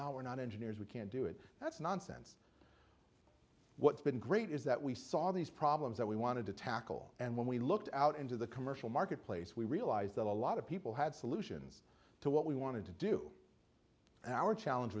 our not engineers we can't do it that's nonsense what's been great is that we saw these problems that we wanted to tackle and when we looked out into the commercial marketplace we realized that a lot of people had solutions to what we wanted to do and our challenge